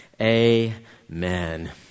Amen